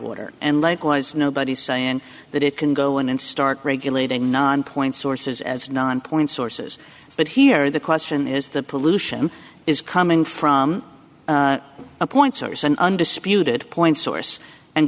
water and likewise nobody's saying that it can go in and start regulating non point sources as non point sources but here the question is the pollution is coming from a point source an undisputed point source and